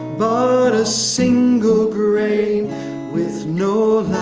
but a single grain with no